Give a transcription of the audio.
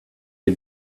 you